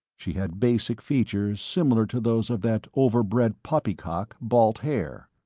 she had basic features similar to those of that overbred poppycock, balt haer.